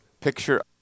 picture